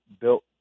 built